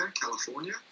California